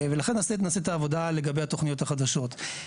ולכן, נעשית עבודה לגבי התוכניות החדשות.